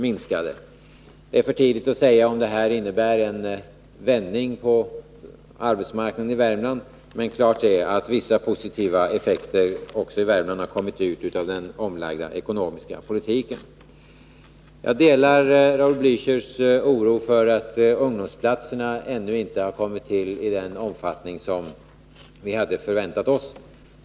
Ännu är det för tidigt att säga om detta innebär en vändning på arbetsmarknaden i Värmland, men klart är att vissa positiva effekter också i Värmland har kommit ut av den omlagda ekonomiska politiken. Jag delar Raul Blächers oro för att ungdomsplatserna ännu inte har kommit till i den omfattning som vi hade förväntat oss.